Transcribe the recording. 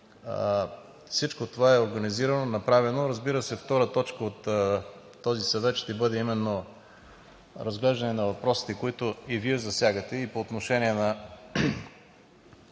Всичко това е организирано, направено. Разбира се, втора точка ще бъде разглеждане на въпросите, които и Вие засягате – и по отношение на